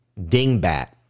dingbat